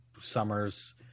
summers